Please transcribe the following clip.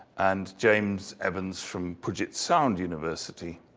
and james evans from puget sound university.